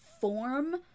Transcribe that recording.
form